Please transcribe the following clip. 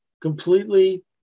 completely